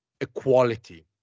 equality